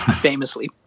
Famously